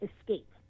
escape